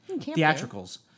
Theatricals